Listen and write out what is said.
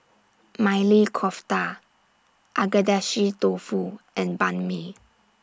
Maili Kofta Agedashi Dofu and Banh MI